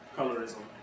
Colorism